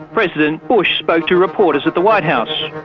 president bush spoke to reporters at the white house.